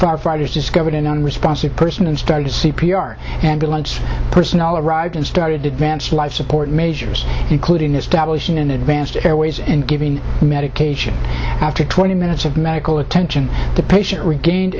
firefighters discovered an unresponsive person and started c p r ambulance personnel arrived and started to advance life support measures including establishing an advanced airways and giving medication after twenty minutes of medical attention the patient regain